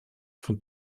von